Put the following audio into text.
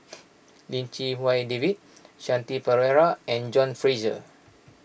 Lim Chee Wai David Shanti Pereira and John Fraser